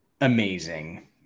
amazing